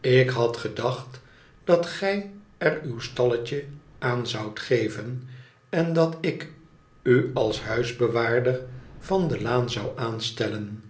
ik had gedacht dat gij er uw stalletje aan zoudt geven en dat ik u als huisbewaarder van de laan zou aanstellen